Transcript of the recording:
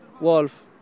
wolf